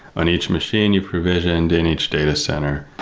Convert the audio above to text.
on each machine you provision and in each data center.